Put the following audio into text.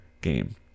game